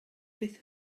beth